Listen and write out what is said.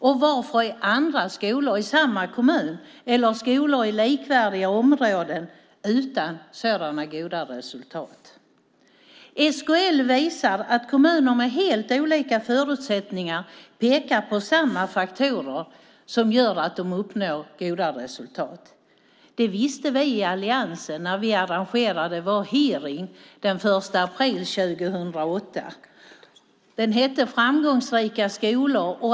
Och varför är andra skolor i samma kommun eller skolor i likvärdiga områden utan sådana goda resultat? SKL visar att kommuner med helt olika förutsättningar pekar på samma faktorer som gör att de uppnår goda resultat. Det visste vi i alliansen när vi arrangerade vår hearing den 1 april 2008. Den hette Framgångsrika skolor.